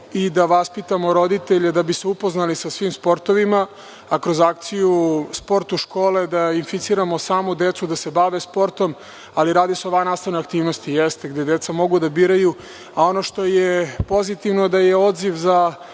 i da vaspitamo roditelje da bi se upoznali sa svim roditeljima, a kroz akciju „Sport u škole“ da inficiramo samu decu da se bave sportom. Radi se o vannastavnoj aktivnosti, gde deca mogu da biraju. Ono što je pozitivno je da je odziv za